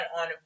on